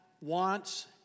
wants